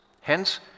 Hence